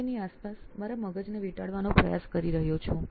હું તેની આસપાસ મારા મગજને વીંટાળવાનો પ્રયાસ કરી રહ્યો છું